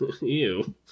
Ew